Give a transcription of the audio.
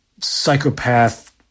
psychopath